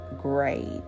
great